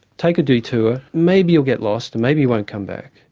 take a detour, maybe you'll get lost, and maybe you won't come back.